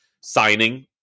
signing